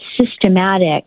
systematic